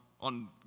on